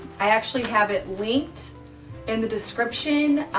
i actually have it linked in the description